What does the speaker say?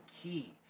key